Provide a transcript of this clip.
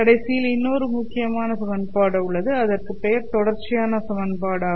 கடைசியில் இன்னொரு முக்கியமான சமன்பாடு உள்ளது அதற்கு பெயர் தொடர்ச்சியான சமன்பாடு ஆகும்